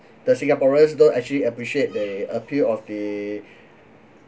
the singaporeans don't actually appreciate the appeal of the